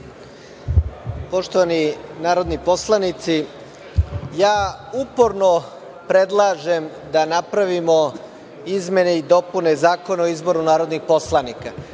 Poštovani narodni poslanici, ja uporno predlažem da napravimo izmene i dopune Zakona o izboru narodnih poslanika.Zašto